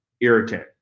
irritant